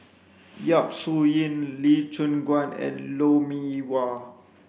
Yap Su Yin Lee Choon Guan and Lou Mee Wah